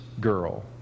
girl